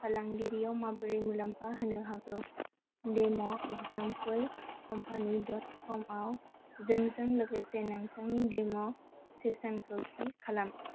फालांगिरियाव माबोरै मुलाम्फा होनो हागोन डेम' एक्जामपोल कम्पानि डट कमआव जोंजों लोगोसे नोंथांनि डेम' सेसनखौ थि खालाम